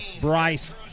Bryce